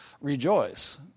rejoice